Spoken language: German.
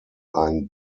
ein